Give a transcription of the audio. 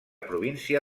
província